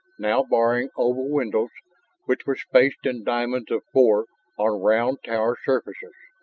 now baring oval windows which were spaced in diamonds of four on round tower surfaces.